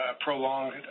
prolonged